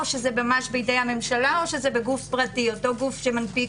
או זה ממש בידי הממשלה או זה בידי גוף פרטי אותו גוף שמנפיק